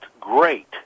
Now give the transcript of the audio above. great